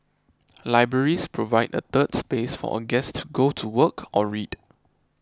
libraries provide a 'third space' for a guest to go to work or read